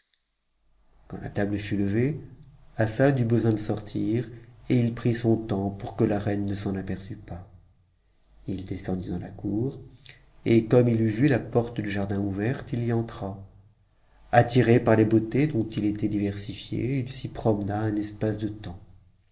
quand la table fut levée assad eut besoin de sortir et it prit son temps pour que la reine ne s'en aperçût pas ït descendit dans la cour et comme il eut vu la porte du jardin ouverte il y entra attiré par les beautés dont il était diversifiée il s'y promena un espace de temps